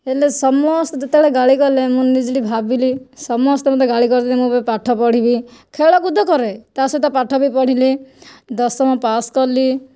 ହେଲେ ସମସ୍ତେ ଯେତେବେଳେ ଗାଳି କଲେ ମୁଁ ନିଜେ ଟିକିଏ ଭାବିଲି ସମସ୍ତେ ମୋତେ ଗାଳି କରୁଛନ୍ତି ମୁଁ ଏବେ ପାଠପଢ଼ିବି ଖେଳକୁଦ କରେ ତା ସହିତ ପାଠ ବି ପଢ଼ିଲି ଦଶମ ପାସ୍ କଲି